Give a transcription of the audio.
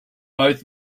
both